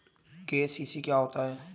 KCC क्या होता है?